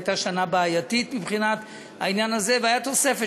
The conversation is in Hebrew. הייתה שנה בעייתית מבחינת העניין הזה והייתה תוספת